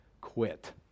quit